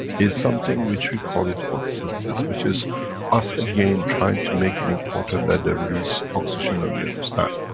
is something which we call it, photosynthesis, which is us again, trying to make it important, that they release oxygen and we understand.